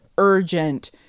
urgent